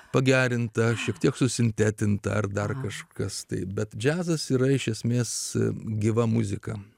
pagerinta šiek tiek susintetinta ar dar kažkas taip bet džiazas yra iš esmės gyva muzika